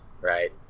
right